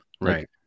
Right